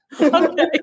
okay